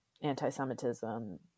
anti-Semitism